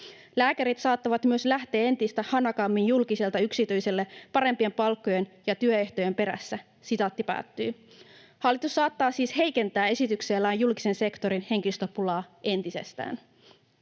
Lääkärit saattavat myös lähteä entistä hanakammin julkiselta yksityiselle parempien palkkojen ja työehtojen perässä.” Hallitus saattaa siis heikentää esityksellään julkisen sektorin henkilöstöpulaa entisestään.